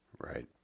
Right